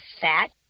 fat